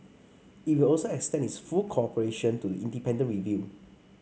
it will also extend its full cooperation to the independent review